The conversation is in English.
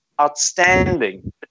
outstanding